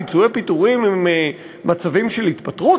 פיצויי פיטורים עם מצבים של התפטרות?